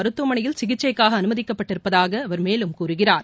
மருத்துவமனையில் சிகிச்சைக்காக அனுமதிக்கப்பட்டிருப்பதாக அவர் மேலும் கூறுகிறார்